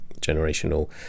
generational